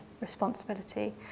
responsibility